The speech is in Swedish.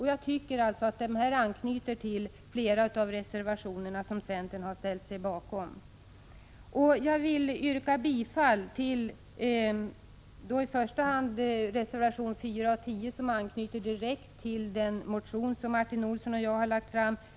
Jag tycker att vad jag nu sagt anknyter till flera av de reservationer som centern ställt sig bakom. Jag vill yrka bifall till i första hand reservationerna 4 och 10, som direkt anknyter till den motion som Martin Olsson och jag har lagt fram.